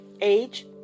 Age